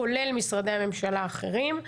כולל משרדי הממשלה האחרים,